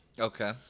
Okay